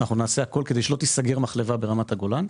נעשה הכול כדי שלא תיסגר מחלבה ברמת הגולן.